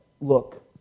look